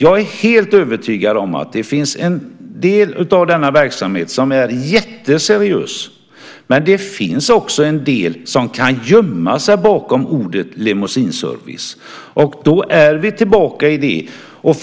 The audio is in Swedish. Jag är helt övertygad om att en del av denna verksamhet är jätteseriös. Men det finns också en del som kan gömma sig bakom ordet limousineservice. Då är vi tillbaka till frågan.